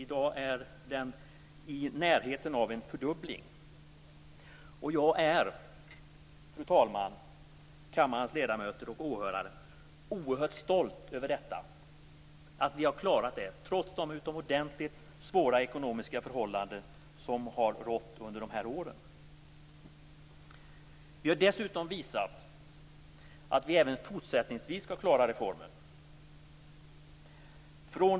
I dag är det närmast fråga om en fördubbling. Fru talman, kammarens ledamöter och åhörare! Jag är oerhört stolt över att vi har klarat detta, trots de utomordentligt svåra ekonomiska förhållanden som rått under de här åren. Vi har dessutom visat att vi även fortsättningsvis skall klara den här reformen.